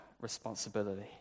responsibility